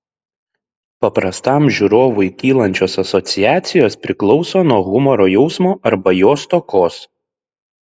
paprastam žiūrovui kylančios asociacijos priklauso nuo humoro jausmo arba jo stokos